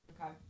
Okay